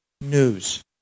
news